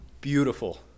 Beautiful